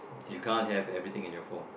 you can't have everything in your phone